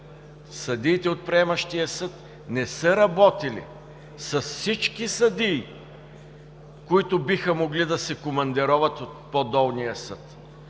съдиите от приемащия съд не са работили с всички съдии, които биха могли да се командироват от по-долния съд.